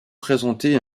présenté